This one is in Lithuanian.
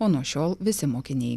o nuo šiol visi mokiniai